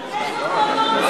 הסיעוד,